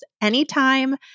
anytime